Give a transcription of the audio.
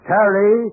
Terry